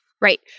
Right